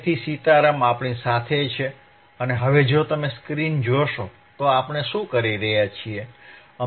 તેથી સીતારામ આપણી સાથે છે અને હવે જો તમે સ્ક્રીન જોશો તો આપણે શું કરી રહ્યા છીએ